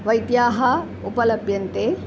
वैद्याः उपलभ्यन्ते